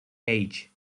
age